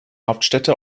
hauptstädte